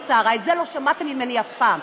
או "שרה" את זה לא שמעת ממני אף פעם.